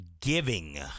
giving